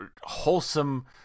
wholesome